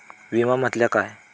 विमा म्हटल्या काय?